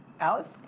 Alice